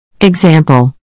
Example